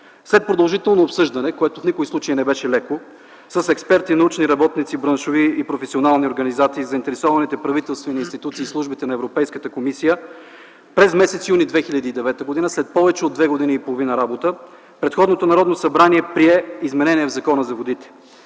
След продължително обсъждане, което в никакъв случай не беше леко, с експерти, научни работници, браншови и професионални организации заинтересованите правителствени институции и службите на Европейската комисия, през м. юни 2009 г. след повече от две години и половина работа предходното Народно събрание прие изменение в Закона за водите.